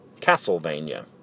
Castlevania